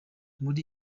muri